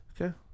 Okay